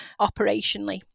operationally